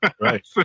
Right